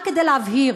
רק כדי להבהיר,